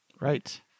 Right